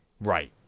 Right